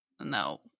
No